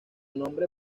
nombre